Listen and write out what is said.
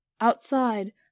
Outside